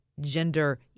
gender